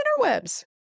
interwebs